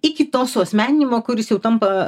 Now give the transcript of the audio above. iki to suasmeninimo kuris jau tampa